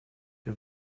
wir